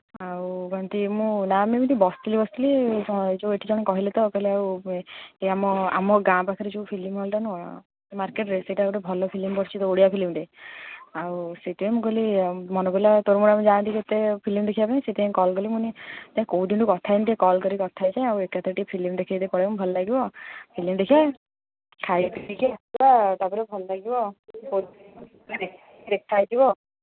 ଆଉ ବାକି ନା ମୁଁ ଏଠି ବସଥିଲି ବସଥିଲି ଏଠି ଜଣେ କହିଲେ ତ କହିଲେ ଆଉ ଆମ ଗାଁ ପାଖରେ ଯୋଉ ଫିଲିମ୍ ହଲ୍ଟା ନୁହଁ ସେଇ ମାର୍କେଟ୍ରେ ସେଇଟା ଗୋଟେ ଭଲ ଫିଲିମ୍ ପଡ଼ିଛି ଓଡ଼ିଆ ଫିଲିମ୍ଟେ ଆଉ ସେଇଥପାଇଁ ମୁଁ କହିଲି ମନେ ପଡ଼ିଲା ତୋର ମୋର ଆମେ ଯାଆନ୍ତି ଏତେ ଫିଲିମ୍ ଦେଖିବା ପାଇଁ ସେଥିପାଇଁ କଲ୍ କଲି ମୁଁ କହିଲି କୋଉଦିନୁ କଥା ହୋଇନି ଟିକେ କଲ୍ କରି କଥା ହୋଇଯାଏ ଆଉ ଏକାଥରେ ଟିକେ ଫିଲିମ୍ ଦେଖିବାକୁ ଯଦି ପଳେଇବା ଭଲ ଲାଗିବ ଫିଲିମ୍ ଦେଖି ଖାଇ ପିଇ ଆସିବା ଏକାଥରେ ଭଲ ଲାଗିବ କୋଉଦିନୁ ଦେଖା ହୋଇନି ଦେଖା ହୋଇଯିବ